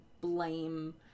blame